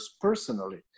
personally